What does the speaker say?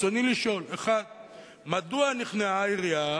רצוני לשאול: 1. מדוע נכנעה העירייה